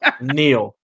Neil